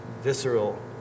visceral